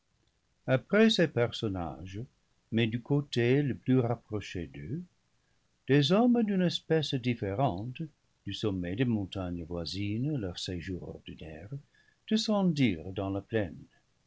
après ces personnages mais du côté le plus rapproché d'eux des hommes d'une espèce différente du sommet des montagnes voisines leur séjour ordinaire descendirent dans la plaine